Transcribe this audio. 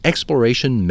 Exploration